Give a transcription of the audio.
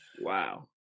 wow